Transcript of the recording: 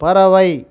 பறவை